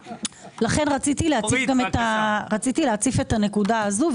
רציתי להציף את הנקודה הזו.